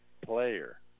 player